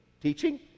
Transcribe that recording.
teaching